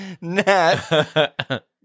Nat